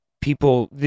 people